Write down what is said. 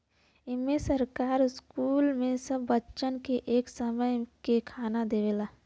इम्मे सरकार स्कूल मे सब बच्चन के एक समय के खाना देवला